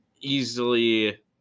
easily